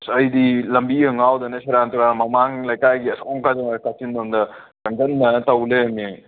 ꯑꯩꯗꯤ ꯂꯝꯕꯤꯒ ꯉꯥꯎꯗꯅ ꯁꯦꯔꯥꯟ ꯇꯨꯔꯥꯟ ꯃꯃꯥꯡ ꯂꯩꯀꯥꯏꯒꯤ ꯑꯁꯣꯝ ꯀꯩꯅꯣ ꯀꯥꯆꯤꯟꯂꯣꯝꯗ ꯆꯥꯡꯖꯟꯗꯅ ꯇꯧ ꯂꯩꯔꯝꯃꯦ